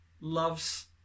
loves